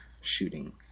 shooting